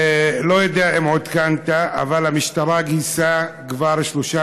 אני לא יודע אם עודכנת אבל המשטרה גייסה כבר שלושה